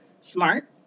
smart